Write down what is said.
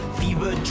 fever